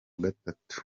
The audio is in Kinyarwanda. gatatu